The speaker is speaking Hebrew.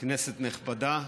כנסת נכבדה,